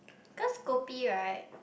cause kopi right